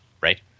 right